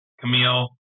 Camille